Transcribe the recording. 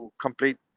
complete